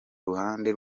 ruhande